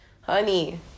honey